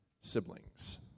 siblings